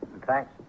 Thanks